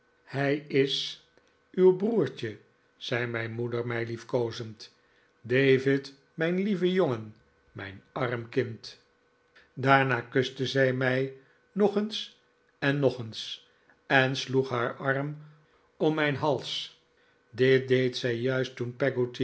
hij is uw broertje zei mijn moeder mij liefkozend david mijn lieve jongen mijn arm kind daarna kuste zij mij nog eens en nog eens en sloeg haar arm om mijn hals dit deed zij juist toen peggotty